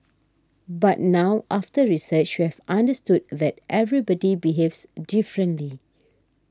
but now after research we have understood that everybody behaves differently